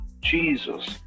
Jesus